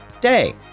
day